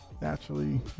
naturally